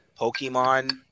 Pokemon